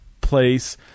place